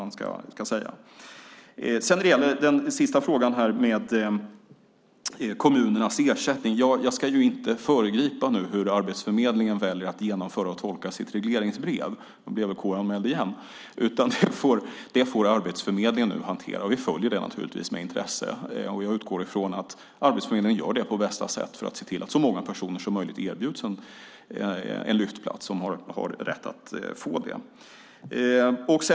När det gäller frågan om kommunernas ersättning ska jag inte föregripa hur Arbetsförmedlingen väljer att genomföra och tolka sitt regleringsbrev, för annars blir jag väl KU-anmäld igen. Detta får Arbetsförmedlingen nu hantera. Vi följer det naturligtvis med intresse. Jag utgår från att Arbetsförmedlingen gör det på bästa sätt för att se till att så många personer som möjligt erbjuds en Lyftplats om de har rätt att få det.